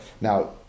Now